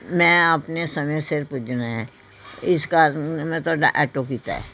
ਮੈਂ ਆਪਣੇ ਸਮੇਂ ਸਿਰ ਪੁੱਜਣਾ ਇਸ ਕਾਰਣ ਮੈਂ ਤੁਹਾਡਾ ਆਟੋ ਕੀਤਾ